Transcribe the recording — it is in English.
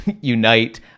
unite